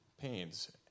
pains